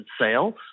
sales